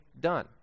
done